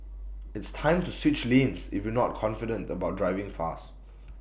it's time to switch lanes if you're not confident about driving fast